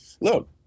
look